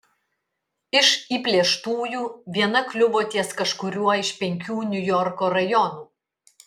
iš įplėštųjų viena kliuvo ties kažkuriuo iš penkių niujorko rajonų